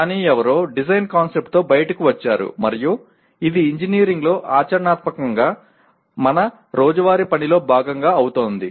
కానీ ఎవరో డిజైన్ కాన్సెప్ట్తో బయటకు వచ్చారు మరియు ఇది ఇంజనీరింగ్లో ఆచరణాత్మకంగా మన రోజువారీ పనిలో భాగం అవుతుంది